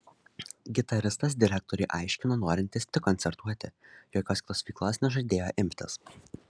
gitaristas direktoriui aiškino norintis tik koncertuoti jokios kitos veiklos nežadėjo imtis